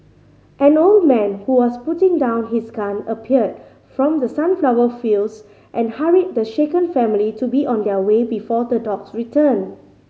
an old man who was putting down his gun appeared from the sunflower fields and hurried the shaken family to be on their way before the dogs return